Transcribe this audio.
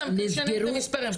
סתם, כדי שאני אבין את המספרים.